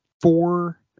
four